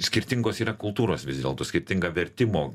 skirtingos yra kultūros vis dėlto skirtinga vertimo